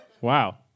Wow